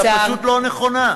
זה פשוט לא נכון.